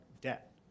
debt